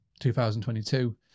2022